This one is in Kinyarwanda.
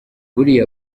buriya